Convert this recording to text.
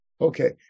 Okay